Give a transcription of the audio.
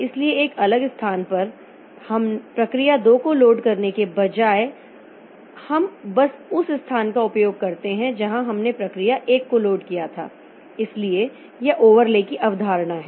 इसलिए एक अलग स्थान पर प्रक्रिया 2 को लोड करने के बजाय इसलिए हम बस उस स्थान का उपयोग करते हैं जहां हमने प्रक्रिया 1 को लोड किया था इसलिए यह ओवरले की अवधारणा है